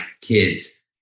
kids